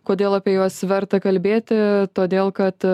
kodėl apie juos verta kalbėti todėl kad